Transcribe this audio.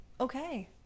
okay